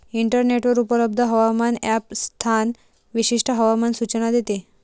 इंटरनेटवर उपलब्ध हवामान ॲप स्थान विशिष्ट हवामान सूचना देते